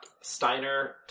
Steiner